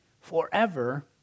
forever